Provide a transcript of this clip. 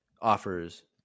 offers